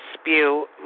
spew